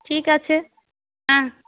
ঠিক আছে হ্যাঁ